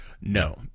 No